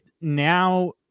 now